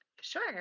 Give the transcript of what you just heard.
Sure